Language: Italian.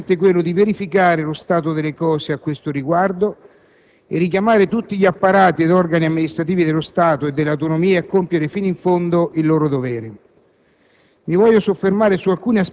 L'obiettivo della mozione è certamente quello di verificare lo stato delle cose a questo riguardo e richiamare tutti gli apparati e gli organi amministrativi dello Stato e delle autonomie a compiere fino in fondo il proprio dovere.